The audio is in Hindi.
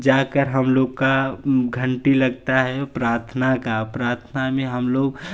जा कर हम लोग का घंटी लगता है प्रार्थना का प्रार्थना में हम लोग